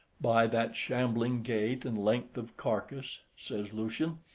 by that shambling gait and length of carcase, says lucian,